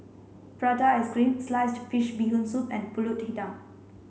prata ice cream sliced fish bee hoon soup and Pulut Hitam